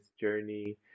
journey